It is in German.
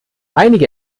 einige